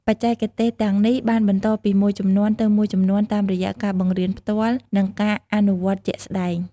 បច្ចេកទេសទាំងនេះបានបន្តពីមួយជំនាន់ទៅមួយជំនាន់តាមរយៈការបង្រៀនផ្ទាល់ និងការអនុវត្តជាក់ស្តែង។